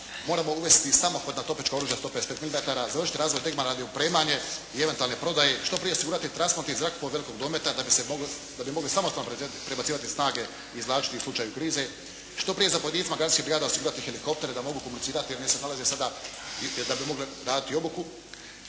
razumije./… topnička oružja 155 mm, završiti …/Govornik se ne razumije./… i eventualne prodaje. Što prije osigurati transportni zrakoplov velikog dometa da bi mogli samostalno prebacivati snage i izvlačiti u slučaju krize. Što prije zapovjednicima gardijskih brigada osigurati helikoptere da mogu komunicirati, jer oni se nalaze sada, da bi mogle raditi obuku…